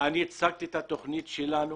אני הצגתי את התוכנית שלנו